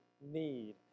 need